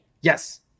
Yes